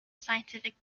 scientific